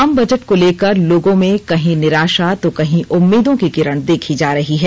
आम बजट को लेकर लोगों में कहीं निराशा तो कहीं उम्मीदों की किरण देखी जा रही है